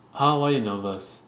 !huh! why you nervous